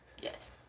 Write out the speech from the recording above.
Yes